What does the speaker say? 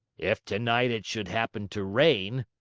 if tonight it should happen to rain,